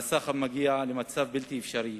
והסחבת מגיעה למצב בלתי אפשרי